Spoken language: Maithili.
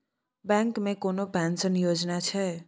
बैंक मे कोनो पेंशन योजना छै?